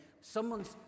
someone's